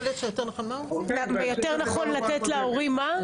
יכול להיות שיותר נכון מה הוא אמר?